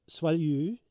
Svalu